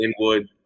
Inwood